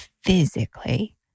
physically